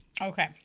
Okay